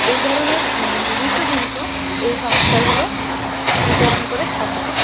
এই ধরনের জিনিসও কিন্তু এই সংস্থাগুলো বিতরণ করে থাকে